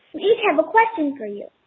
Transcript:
you have a question for you.